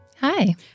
Hi